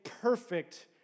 perfect